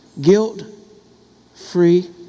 Guilt-free